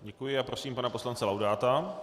Děkuji a prosím pana poslance Laudáta.